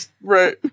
Right